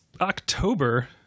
October